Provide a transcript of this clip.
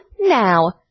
now